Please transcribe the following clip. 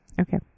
Okay